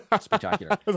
spectacular